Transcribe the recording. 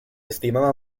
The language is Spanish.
estimaba